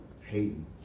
Hating